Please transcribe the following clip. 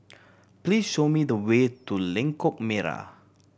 please show me the way to Lengkok Merak